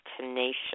tenacious